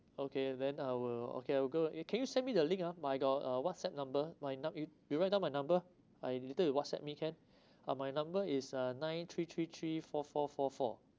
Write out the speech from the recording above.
okay then I will okay I will go and eh can you send me the link ah my got uh whatsapp number my num~ you you write down my number uh later you whatsapp me can uh my number is uh nine three three three four four four four